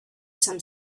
some